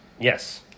yes